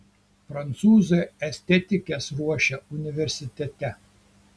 prancūzai estetikes ruošia universitete